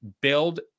build